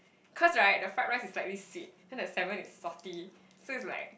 cause right the fried rice is slightly sweet then the salmon is salty so it's like